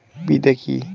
বিদে কি?